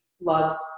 loves –